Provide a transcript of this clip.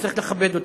וצריך לכבד אותה.